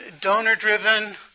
donor-driven